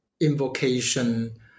invocation